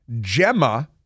Gemma